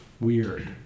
weird